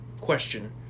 question